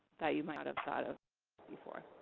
that you might not have thought of before.